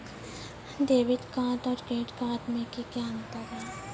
Debit card और credit card मे कि अंतर या?